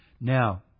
Now